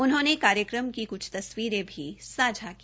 उन्होंने कार्यक्रम की क्छ तस्वीरे भी सांझा की